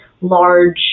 large